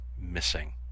missing